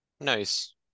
Nice